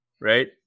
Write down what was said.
right